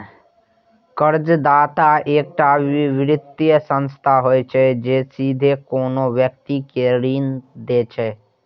कर्जदाता एकटा वित्तीय संस्था होइ छै, जे सीधे कोनो व्यक्ति कें ऋण दै छै